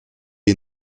est